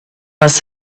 must